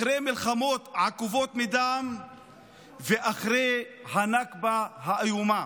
אחרי מלחמות עקובות מדם ואחרי הנכבה האיומה.